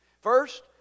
First